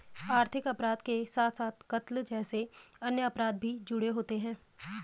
आर्थिक अपराध के साथ साथ कत्ल जैसे अन्य अपराध भी जुड़े होते हैं